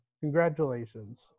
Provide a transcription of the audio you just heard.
Congratulations